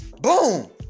Boom